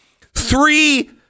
Three